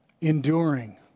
enduring